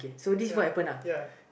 ya ya